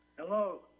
Hello